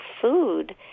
food